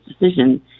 decision